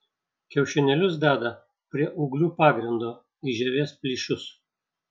kiaušinėlius deda prie ūglių pagrindo į žievės plyšius